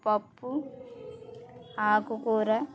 పప్పు ఆకుకూర